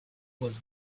was